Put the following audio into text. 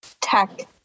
tech